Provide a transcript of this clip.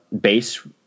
Base